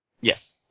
Yes